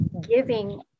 giving